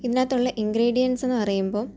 ഇതിന് അകത്തുള്ള ഇൻഗ്രീഡിയൻസ് പറയുമ്പോൾ